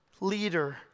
leader